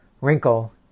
wrinkle